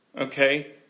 okay